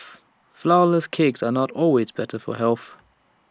Flourless Cakes are not always better for health